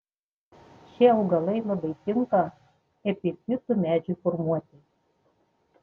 šie augalai labai tinka epifitų medžiui formuoti